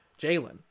Jalen